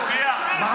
מנסור עבאס, מה הצביע?